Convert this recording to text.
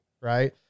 right